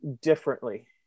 differently